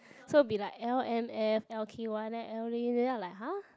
so be like L_M_F L_K_Y then then I like !huh!